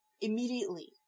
immediately